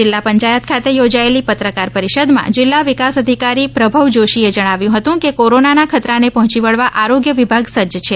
જિલ્લા પંયાયત ખાતે યોજાયેલી પત્રકાર પરિષદમાં જિલ્લા વિકાસ અધિકારી પ્રભવ જોશીએ જણાવ્યુ હતું કે કોરોનના ખતરાને પહોંચી વળવા આરોગ્ય વિભાગ સજ્જ છે